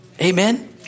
Amen